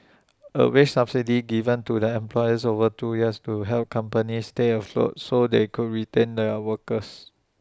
A wage subsidy given to the employers over two years to help companies stay afloat so they could retain their workers